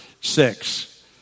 six